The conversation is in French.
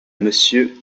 monsieur